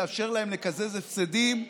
לאפשר להם לקזז הפסדים,